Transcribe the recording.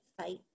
fight